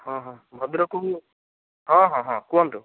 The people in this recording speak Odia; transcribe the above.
ହଁ ହଁ ଭଦ୍ରକରୁ ହଁ ହଁ ହଁ କୁହନ୍ତୁ